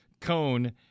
Cone